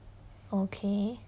okay